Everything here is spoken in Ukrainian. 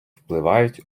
впливають